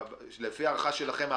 לפי הערכה שלכם,